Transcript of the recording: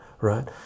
right